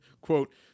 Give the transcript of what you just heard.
quote